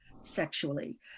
sexually